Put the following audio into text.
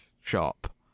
shop